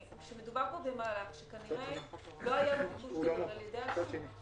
שמדובר פה במהלך שכנראה לא היה לו ביקוש גדול על ידי העסקים.